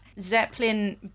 zeppelin